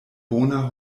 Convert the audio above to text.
bona